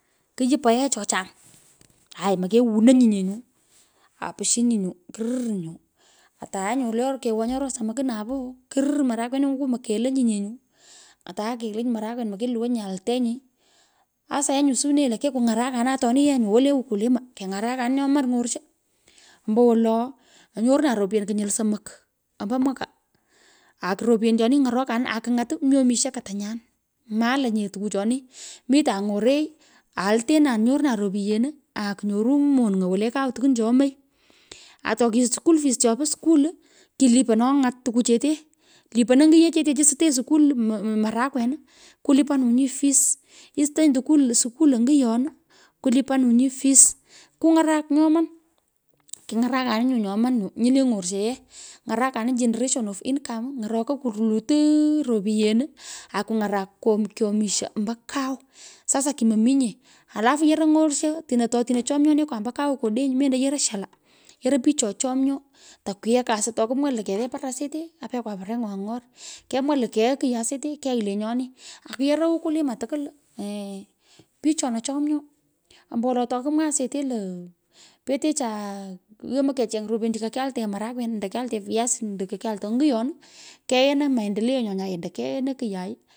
Kuyii paghee cho chang, aui mokewunonyi nye nyu, apishinyi, nyu kurir nyu. Atae le nyu kewonyi aroo somok napoo. Kurir marakweniku, mokeelenyi. nye atae keilonyi morakwen, mokelowonyi, aaltenyi sasa yenyu lo suwinenyi, lo kikung’arakanin atoniyee wole ukulima, kengarakanin nyoman ny’orsho, ombowolo anyorunan ropyen kunyil somok ombo mwaka. Ako ropyenichoni ny’otokanin, aku ng’at mi omisho katanyan, ma allenye tukuchoni mitan ny’orei aeltenan, nyoronan ropiyen aku nyoro monong'u wole kau tukwan cho oomoy. Toki school fees chopo skul, kilipono anyat tukuchetee. Liponoi ngiyechetechi sutenyi, skul, marakwen kulipanunyi fees, isutonyi tutwul skul engiyon, kulipanunyi fees, kung’atak nyoman. Kingarakanin nyu nyoman nuo le ng’orsho. Ng'araka generation of income, ny’orokoi kulutu ropyen, akung’arak kyomisho ombo kau. Sasa kimominye, alafu yoroi ng’orsho ato tino chomyonekwa ombo kau kodeny. mendo yoroi, shala. Yoroi pich cho chomyo tokwigha kasu tokumwaa le kepe par asete, apekwa parengwo ang’or, kegha kiyu asete, kegh lenyoni. Yoroi ukulima tukwul ee. pich chono chomyo nyo tokumwaa asete la petechaa, yomoi, kecheny ropyenichai ko kyaltegha marakwen ando kaltea viasin ando ko kyalta ongiyon, keena maendeleo nyo nyai ando keghena kiyai.